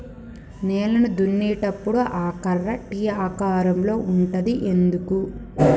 నేలను దున్నేటప్పుడు ఆ కర్ర టీ ఆకారం లో ఉంటది ఎందుకు?